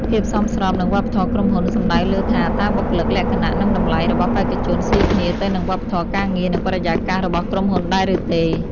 ភាពសមស្របនឹងវប្បធម៌ក្រុមហ៊ុន សំដៅលើថាតើបុគ្គលិកលក្ខណៈ និងតម្លៃរបស់បេក្ខជនស៊ីគ្នាទៅនឹងវប្បធម៌ការងារ និងបរិយាកាសរបស់ក្រុមហ៊ុនដែរឬទេ?